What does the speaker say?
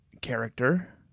character